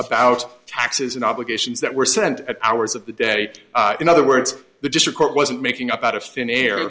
about taxes and obligations that were sent at hours of the date in other words the district court wasn't making up out of thin air